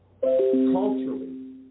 culturally